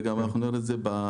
וגם נראה את זה בהמשך.